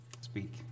speak